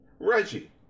Reggie